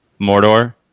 Mordor